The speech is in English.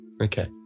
Okay